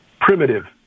primitive